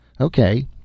Okay